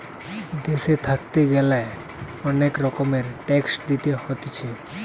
দেশে থাকতে গ্যালে অনেক রকমের ট্যাক্স দিতে হতিছে